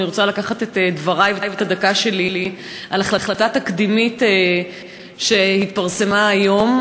אני רוצה לקחת את דברי ואת הדקה שלי להחלטה תקדימית שהתפרסמה היום,